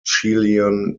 chilean